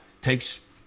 takes